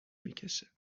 میکشه